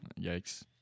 Yikes